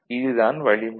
இது தான் வழிமுறை